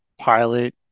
pilot